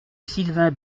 sylvain